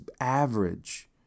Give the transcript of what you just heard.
average